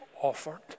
offered